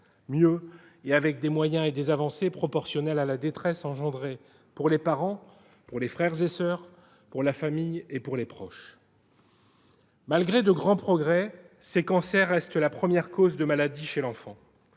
mieux, et avec des moyens et des avancées proportionnels à la détresse engendrée pour les parents, les frères et soeurs, la famille et les proches. Malgré de grands progrès, ces cancers restent la première cause de maladie chez l'enfant.